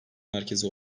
merkezi